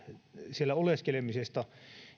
siellä oleskelemisesta